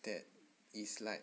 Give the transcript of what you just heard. that is like